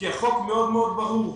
כי החוק מאוד ברור.